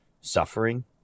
suffering